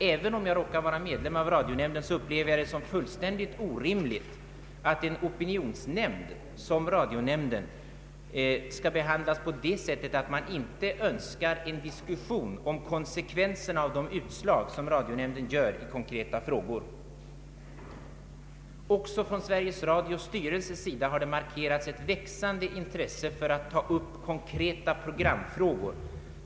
Även om jag råkar vara medlem av radionämnden upplever jag det såsom orimligt att ett opinionsorgan som radionämnden skall behandlas på det sättet att man inte önskar en diskussion om konsekvenserna av radionämndens utslag i konkreta frågor. Också Sveriges Radios styrelse har markerat ett växande intresse för att ta upp konkreta programfrågor.